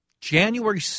January